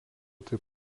taip